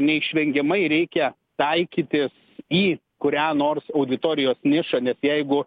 neišvengiamai reikia taikytis į kurią nors auditorijos nišą net jeigu